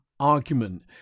argument